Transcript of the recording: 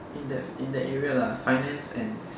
in that in that area lah finance and